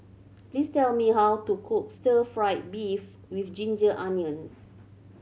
please tell me how to cook stir fried beef with ginger onions